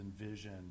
envision